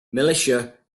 militia